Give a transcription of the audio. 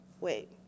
Wait